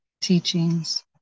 teachings